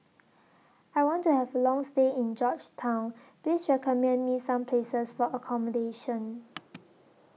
I want to Have A Long stay in Georgetown Please recommend Me Some Places For accommodation